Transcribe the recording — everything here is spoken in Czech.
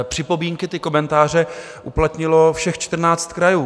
Připomínky, komentáře uplatnilo všech čtrnáct krajů.